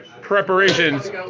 preparations